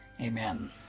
amen